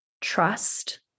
trust